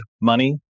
money